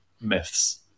myths